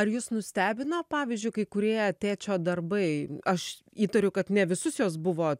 ar jus nustebino pavyzdžiui kai kurie tėčio darbai aš įtariu kad ne visus juos buvo